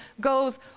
goes